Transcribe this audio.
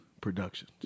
Production